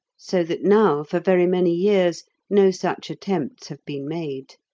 so that now for very many years no such attempts have been made.